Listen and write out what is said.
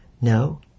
No